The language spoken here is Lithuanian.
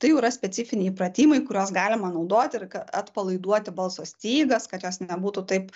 tai jau yra specifiniai pratimai kuriuos galima naudot ir atpalaiduoti balso stygas kad jos nebūtų taip